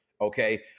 okay